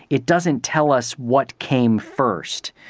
it doesn't tell us what came first.